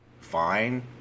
fine